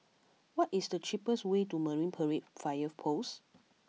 what is the cheapest way to Marine Parade Fire Post